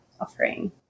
offering